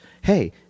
hey